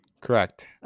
Correct